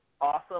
awesome